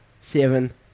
seven